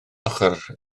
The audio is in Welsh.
ochr